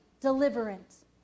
deliverance